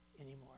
anymore